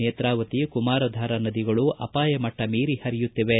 ನೇತ್ರಾವತಿ ಕುಮಾರಾಧಾರಾ ನದಿಗಳು ಅಪಾಯ ಮಟ್ಟ ಮೀರಿ ಹರಿಯುತ್ತಿವೆ